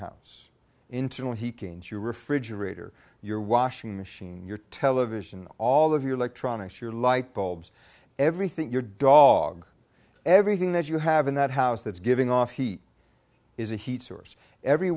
house into when he came into your refrigerator your washing machine your television all of your electronics your light bulbs everything your dog everything that you have in that house that's giving off heat is a heat source every